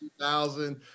2000